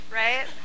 right